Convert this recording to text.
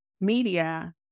media